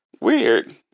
Weird